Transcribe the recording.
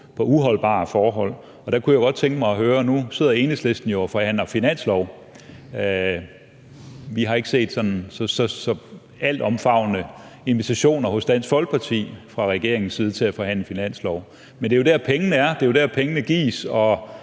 at høre noget om. Nu sidder Enhedslisten jo og forhandler finanslov. Vi har ikke set sådan altomfavnende invitationer hos Dansk Folkeparti fra regeringens side om at forhandle finanslov, men det er jo der, pengene er,